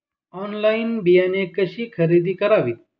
Online बियाणे कशी खरेदी करावीत?